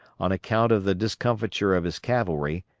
on account of the discomfiture of his cavalry,